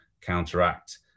counteract